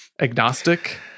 agnostic